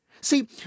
See